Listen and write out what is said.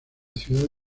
ciudad